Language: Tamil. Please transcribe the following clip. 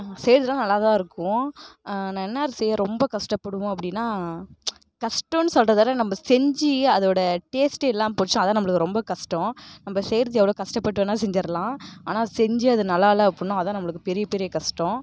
செய்யறதுலா நல்லா தான் இருக்கும் நான் என்னா செய்ய ரொம்ப கஷ்டப்படுவோம் அப்படின்னா கஷ்டன்னு சொல்றதை விட நம்ப செஞ்சு அதோடய டேஸ்ட் எல்லாம் பிடிச்சு அதுதான் நம்மளுக்கு ரொம்ப கஷ்டோம் நம்ப செய்யறது எவ்வளோ கஷ்டப்பட்டு வேணால் செஞ்சிடலாம் ஆனால் செஞ்சு அது நல்லா இல்லை அப்புடின்னா அதுதான் நம்மளுக்கு பெரிய பெரிய கஷ்டோம்